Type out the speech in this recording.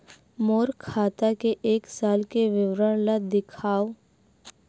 मोर खाता के एक साल के विवरण ल दिखाव?